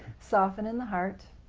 soften in the heart.